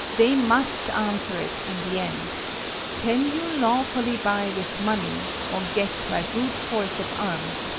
they must answer it in the end can you lawfully buy with money, or get by brute force of arms,